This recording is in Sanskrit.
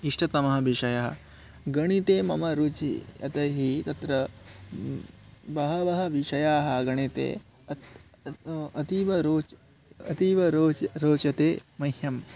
इष्टतमबिषयः गणिते मम रुचिः यतो हि तत्र बहवः विषयाः गणिते अत्र अतीव रोचते अतीव रोचते रोचते मह्यं